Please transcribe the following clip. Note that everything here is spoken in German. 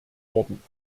worden